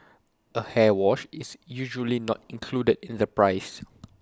A hair wash is usually not included in the price